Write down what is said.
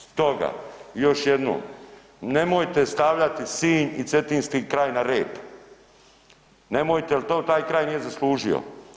Stoga još jednom, nemojte stavljati Sinj i cetinski kraj na rep, nemojte jel to taj kraj nije zaslužio.